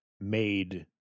made